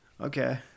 Okay